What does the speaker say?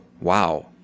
wow